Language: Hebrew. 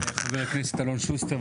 עם חבר הכנסת אלון שוסטר.